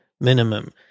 minimum